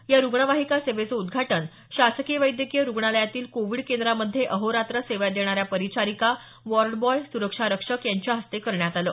या रुग्ण वाहिका सेवेचं उद्घाटन शासकीय वैद्यकिय रुग्णालयातील कोविड केंद्रामध्ये अहोरात्र सेवा देणाऱ्या परिचारीका वॉर्ड बॉय सुरक्षा रक्षक यांच्या हस्ते करण्यात आलं